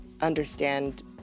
understand